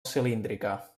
cilíndrica